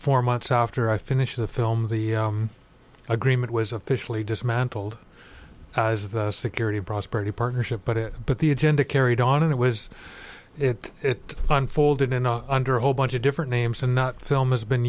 for months after i finished the film the agreement was officially dismantled as the security prosperity partnership but it but the agenda carried on and it was it it unfolded in under a whole bunch of different names and not film has been